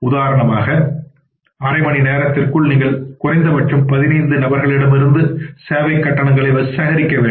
உதாரணமாக அரை மணிநேரத்தில் நீங்கள் குறைந்தபட்சம் 15 நபர்களிடமிருந்து சேவைக் கட்டணங்களை சேகரிக்க வேண்டும்